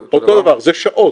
זה שעות.